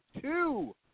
two